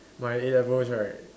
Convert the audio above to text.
my A-levels right